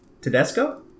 Tedesco